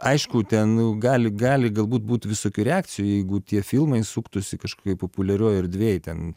aišku ten gali gali galbūt būt visokių reakcijų jeigu tie filmai suktųsi kažkokioj populiarioj erdvėj ten